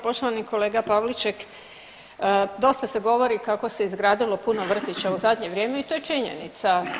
Poštovani kolega Pavliček dosta se govori kako se izgradilo puno vrtića u zadnje vrijeme i to je činjenica.